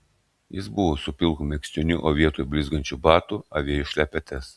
jis buvo su pilku megztiniu o vietoj blizgančių batų avėjo šlepetes